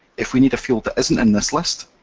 if we need a field that isn't in this list,